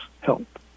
help